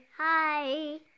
Hi